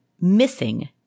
missing